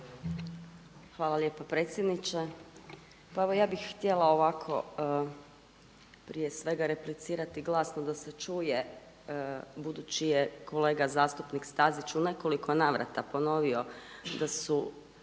Hvala lijepo predsjedniče. Pa ja bih htjela ovako prije svega replicirati glasno da se čuje budući da je kolega zastupnik Stazić u nekoliko navrata ponovio da su